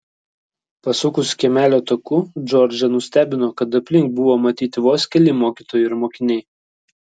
pasukus kiemelio taku džordžą nustebino kad aplink buvo matyti vos keli mokytojai ir mokiniai